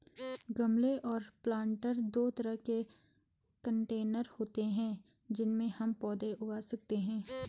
गमले और प्लांटर दो तरह के कंटेनर होते है जिनमें हम पौधे उगा सकते है